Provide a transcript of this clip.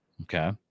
Okay